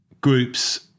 groups